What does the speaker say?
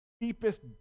deepest